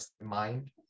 mind